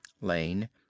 Lane